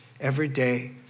everyday